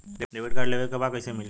Debit card लेवे के बा कईसे मिली?